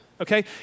Okay